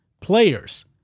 players